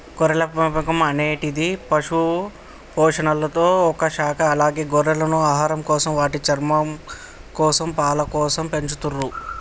గొర్రెల పెంపకం అనేటిది పశుపోషణలొ ఒక శాఖ అలాగే గొర్రెలను ఆహారంకోసం, వాటి చర్మంకోసం, పాలకోసం పెంచతుర్రు